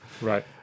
right